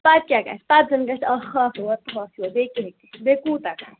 پتہٕ کیٛاہ گَژھِ پتہٕ زَن گَژھِ اکھ ہَتھ اور تہٕ اکھ ہَتھ یور بیٚیہِ کیٛاہ ہیٚکہِ گٔژھِتھ بیٚیہِ کوٗتاہ کرٕ